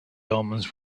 omens